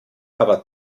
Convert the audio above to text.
aber